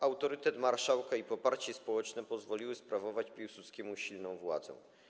Autorytet marszałka i poparcie społeczne pozwoliły sprawować Piłsudskiemu silną władzę.